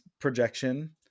projection